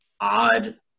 odd